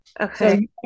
Okay